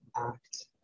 act